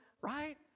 right